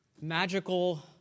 magical